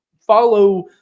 follow